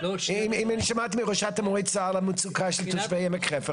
אם אני שומע מראשת המועצה על המצוקה שיש בעמק חפר,